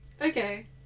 Okay